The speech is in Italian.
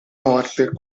morte